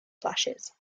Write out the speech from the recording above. flashes